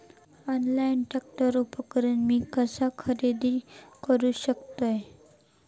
Online tractor उपकरण मी कसा खरेदी करू शकतय?